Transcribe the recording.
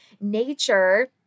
nature